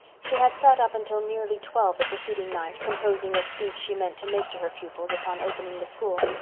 she had sat up until nearly twelve the preceding night composing a speech she meant to make to her pupils upon opening the school.